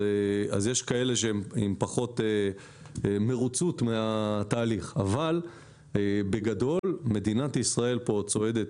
יש כאלה שהם פחות מרוצים מהתהליך אבל בגדול מדינת ישראל צועדת